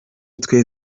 twe